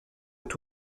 tout